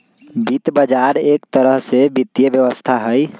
वित्त बजार एक तरह से वित्तीय व्यवस्था हई